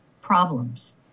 problems